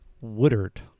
Woodard